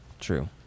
true